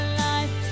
life